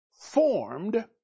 formed